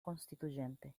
constituyente